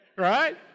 right